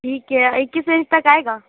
ٹھیک ہے یہ کس رینج تک آئے گا